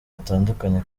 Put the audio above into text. batandukanye